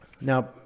Now